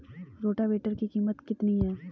Rotavator की कीमत कितनी है?